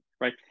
right